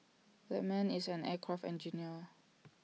that man is an aircraft engineer